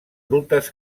rutes